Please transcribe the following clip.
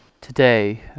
Today